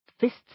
Fists